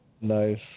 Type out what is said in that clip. Nice